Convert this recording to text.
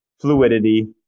fluidity